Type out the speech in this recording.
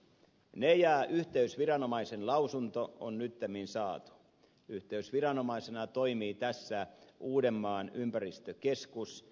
ne ja yhteysviranomaisen lausunto on nyttemmin saatu yhteysviranomaisena toimii tässä uudenmaan ympäristökeskus